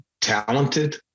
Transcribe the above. talented